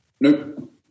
Nope